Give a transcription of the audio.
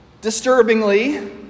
disturbingly